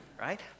Right